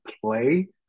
play